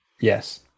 yes